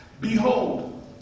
behold